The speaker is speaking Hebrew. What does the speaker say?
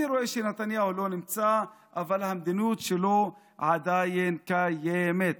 אני רואה שנתניהו לא נמצא אבל המדיניות שלו עדיין קיימת,